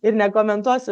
ir nekomentuosiu